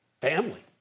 family